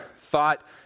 thought